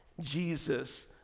Jesus